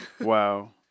Wow